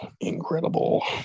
incredible